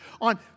on